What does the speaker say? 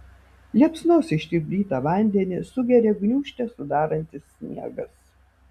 liepsnos ištirpdytą vandenį sugeria gniūžtę sudarantis sniegas